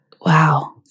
Wow